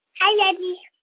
hi, reggie